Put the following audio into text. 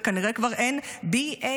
וכנראה כבר אין B.A,